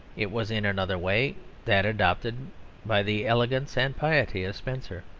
it was in another way that adopted by the elegance and piety of spenser.